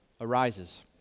arises